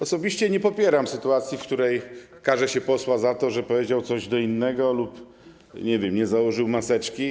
Osobiście nie popieram sytuacji, w której karze się posła za to, że powiedział coś do innego lub, nie wiem, nie założył maseczki.